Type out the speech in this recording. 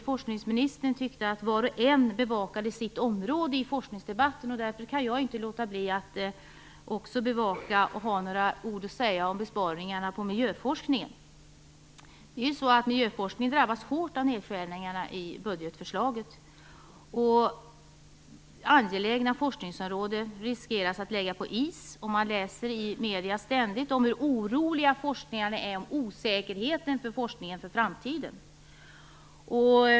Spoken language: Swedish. Forskningsministern tyckte att var och en bevakade sitt område i forskningsdebatten. Då kan jag inte låta bli att säga några ord om besparingarna på miljöforskningen. Miljöforskningen drabbas hårt av nedskärningarna i budgetförslaget. Angelägna forskningsområden riskerar att läggas på is. Man läser ständigt i medierna om hur oroliga forskarna är vad gäller osäkerheten för forskningen i framtiden.